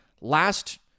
last